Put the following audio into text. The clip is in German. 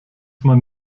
man